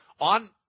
on